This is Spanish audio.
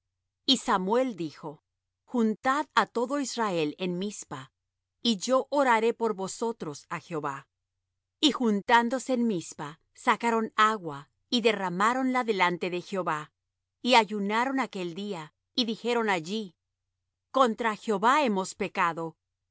y samuel dijo juntad á todo israel en mizpa y yo oraré por vosotros á jehová y juntándose en mizpa sacaron agua y derramáronla delante de jehová y ayunaron aquel día y dijeron allí contra jehová hemos pecado